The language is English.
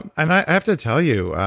and i have to tell you,